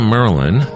Merlin